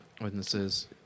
witnesses